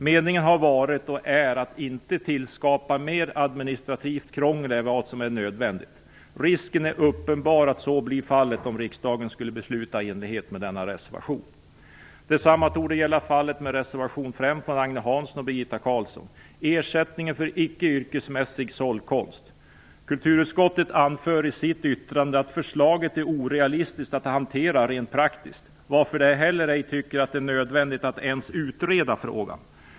Meningen är och har varit att inte tillskapa mer administrativt krångel än vad som är nödvändigt. Risken är uppenbar att så blir fallet om riksdagen skulle besluta i enlighet med denna reservation. Detsamma torde gälla fallet med reservation 5 från Agne Hansson och Birgitta Carlsson om ersättning för icke yrkesmässigt såld konst. Kulturutskottet anför i sitt yttrande att förslaget är orealistiskt att hantera rent praktiskt. Därför anser man det inte heller nödvändigt att ens utreda frågan.